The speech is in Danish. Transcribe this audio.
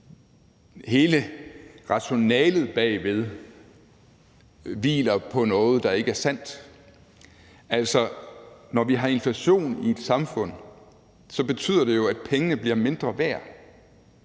hele rationalet bag ved det hviler på noget, der ikke er sandt. Altså, når vi har inflation i et samfund, betyder det jo, at pengene bliver mindre værd.